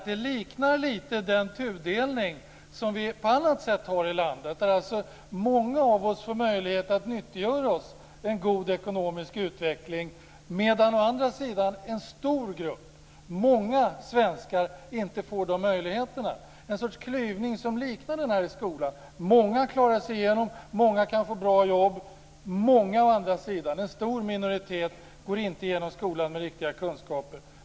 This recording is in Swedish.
Det liknar lite den tudelning som vi har på annat sätt i landet. Många av oss får möjlighet att nyttiggöra oss en god ekonomisk utveckling, medan å andra sidan en stor grupp, många svenskar, inte får den möjligheten. Det är en sorts klyvning som liknar den i skolan. Många klarar sig igenom, många kan få bra jobb, många å andra sidan, en stor minoritet, går inte genom skolan med riktiga kunskaper.